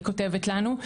היא כותבת לנו,